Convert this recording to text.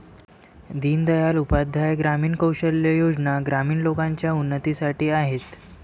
दीन दयाल उपाध्याय ग्रामीण कौशल्या योजना ग्रामीण लोकांच्या उन्नतीसाठी आहेत